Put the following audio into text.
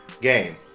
Game